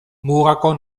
mugako